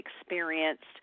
experienced